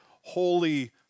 holy